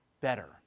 better